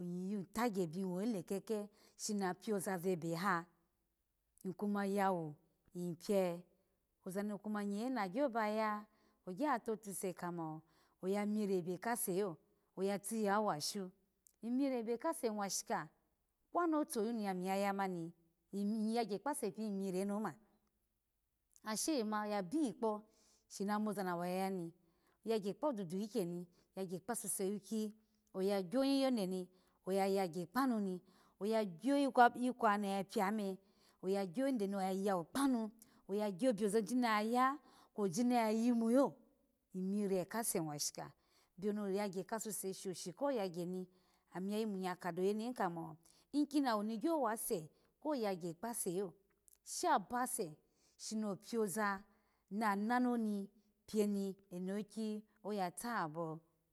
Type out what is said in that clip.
Iyiyu tagya byu ny wa yilekeke shina ploza vebe ha, ny kuma ya wu ny pio oza nye na kumagyo ba ya ogya totuse kamo ya mira ebe kase lo, oya tiyo awashu amira ebe kase nwashika kwo notuyu na mi yaya ma nya yagya kpase nimira oni oma, asha yomaya bikpa shona moza, nawo yaya ni, yagya kpa dudu ikyeni yagya kpasuse owiki aya gyo yade ni oya gya kpanu ni, oya gyo ikwo no ya piani oya gyo nide no yayga kanu oya gyo biojoji noya ya kwojina yimu lo, imira ka se nwushika, byu no yagya ka suse shoshi ko yagya ni, iyayi mu nyya kado yene hin mo tiy kini awoni gyo wa se ko yagyo kpase lo shabase shino ploza na na noni pioni enowiki oya tabo